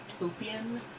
utopian